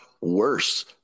worse